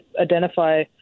identify